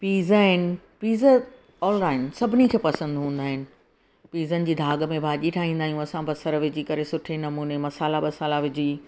पीज़ आहिनि पीज़ ऑलइनि सभिनी खे पसंदि हूंदा आहिनि पीज़नि जी दाॻ में भाॼी ठाहींदा आहियूं असां बसर विझी करे सुठे नमूने मसाल्हा ॿसाला विझी